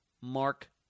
Mark